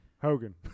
Hogan